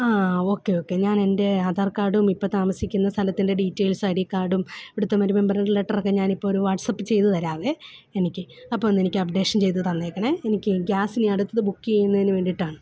ആ okay okay ഞാൻ എന്റെ ആധാർ കാർഡും ഇപ്പോൾ താമസിക്കുന്ന സ്ഥലത്തിന്റെ ഡീറ്റെയിൽസ് ഐ ഡി കാർഡും ഇവിടുത്തെ മരു മെമ്പറിന്റെ ലെറ്ററൊക്കെ ഞാൻ ഇപ്പോൾ ഒരു വാട്ട്സ്അപ്പ് ചെയ്തു തരാമേ എനിക്ക് ഈ അപ്പോൾ ഒന്ന് എനിക്ക് അപ്ഡേഷൻ ചെയ്തു തന്നേക്കണേ എനിക്ക് ഈ ഗ്യാസ് ഇനി അടുത്തത് ബുക്ക് ചെയ്യുന്നതിന് വേണ്ടിയിട്ടാണ്